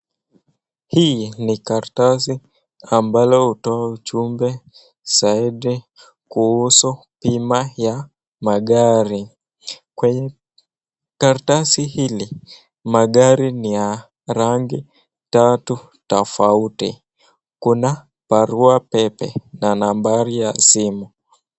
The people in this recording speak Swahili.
Hii ni karatasi ambalo hutoa ujumbe zaidi kuhusu bima ya magari, kwenye karatasi hili magari ni ya rangi tatu tofauti kuna barua pepe na nambari ya simu.